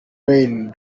rain